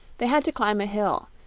they had to climb a hill,